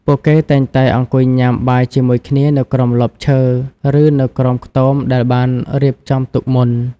ពួកគេតែងតែអង្គុយញ៉ាំបាយជាមួយគ្នានៅក្រោមម្លប់ឈើឬនៅក្រោមខ្ទមដែលបានរៀបចំទុកមុន។